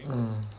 mm